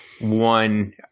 One